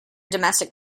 domestic